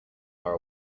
are